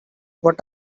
what